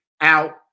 out